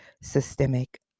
systemic